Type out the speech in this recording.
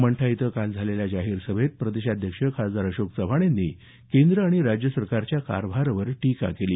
मंठा इथं काल झालेल्या जाहीर सभेत प्रदेशाध्यक्ष अशोक चव्हाण यांनी केंद्र आणि राज्य सरकारच्या कारभारावर टीका केली